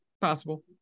possible